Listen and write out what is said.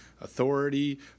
authority